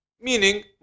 meaning